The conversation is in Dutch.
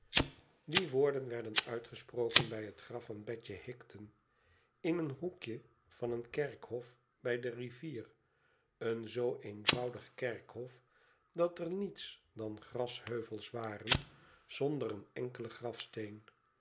die woorden werden uitgesproken bij het graf van betje higden in een hoekje van een kerkhof bij de rivier een zoo eenvoudig kerkhof dat er niets dan grasbeuvels waren zonder een enkelen grafsteen